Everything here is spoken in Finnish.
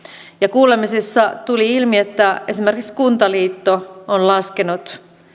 kuulemisissa tuli ilmi että esimerkiksi kuntaliitto on laskenut